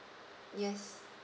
yes